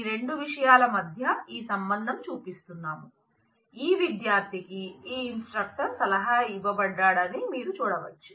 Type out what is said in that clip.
ఈ రెండు విషయాలమధ్య ఈ సంబంధం చూపిస్తున్నాం ఈ విద్యార్ధి కి ఈ ఇన్స్ట్రక్టర్ సలహా ఇవ్వబడ్డాడని మీరు చూడవచ్చు